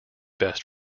best